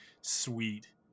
sweet